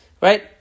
Right